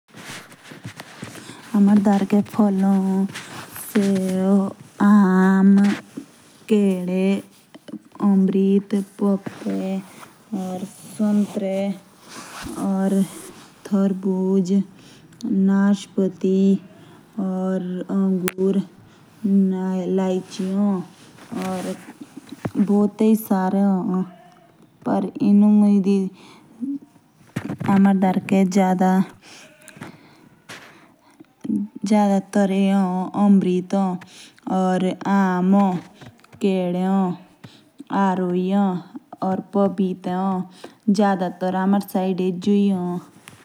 जश हमारे डार्के फाल ए। आम, एसईओ, केडे, अमृत, पपीते या सैंट्रे। ताराबुज, अंगुर, नाशपति, लाईची या बहुत ही सारे ए। मुझ सबसे ज्यादा हमारे अंधेरे में अमृत ए।